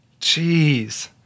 Jeez